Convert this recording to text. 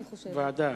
ועדה.